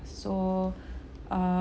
so err